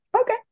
okay